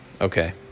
Okay